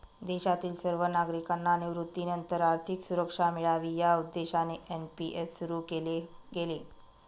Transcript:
देशातील सर्व नागरिकांना निवृत्तीनंतर आर्थिक सुरक्षा मिळावी या उद्देशाने एन.पी.एस सुरु केले गेले